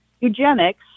eugenics